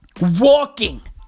walking